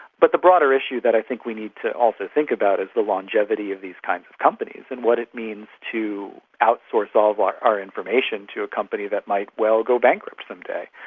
but the broader issue that i think we need to also think about is the longevity of these kinds of companies and what it means to outsource all of our information to a company that might well go bankrupt some day.